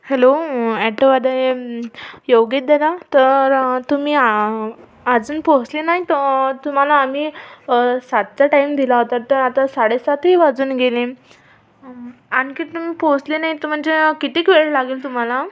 hello auto अदय योगेशदादा तर तुम्ही अजून पोहोचले नाहीत तुम्हाला आम्ही सातचा टाईम दिला होता तर आता साडेसातही वाजून गेले आणखी तुम्ही पोहोचले नाहीत म्हणजे किती वेळ लागेल तुम्हाला